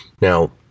Now